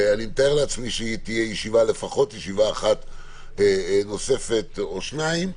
אני גם מתאר לעצמי שתהיה לפחות עוד ישיבה אחת נוספת או שתיים.